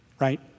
Right